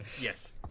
Yes